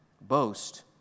boast